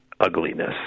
ugliness